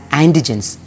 antigens